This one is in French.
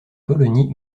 colonie